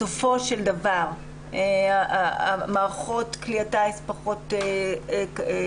בסופו של דבר מערכות כלי הטיס פחות מסובכות,